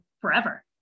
forever